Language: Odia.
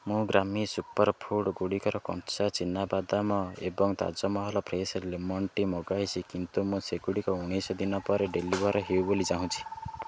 ମୁଁ ବ୍ରାହ୍ମୀ ସୁପରଫୁଡ଼୍ ଗୁଡ଼ିକର କଞ୍ଚା ଚିନା ବାଦାମ ଏବଂ ତାଜମହଲ ଫ୍ରେଶ୍ ଲେମନ୍ ଟି ମଗାଇଛି କିନ୍ତୁ ମୁଁ ସେଗୁଡ଼ିକ ଉଣେଇଶି ଦିନ ପରେ ଡେଲିଭର୍ ହେଉ ବୋଲି ଚାହୁଁଛି